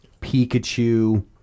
Pikachu